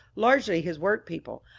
largely his work-people,